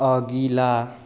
अगिला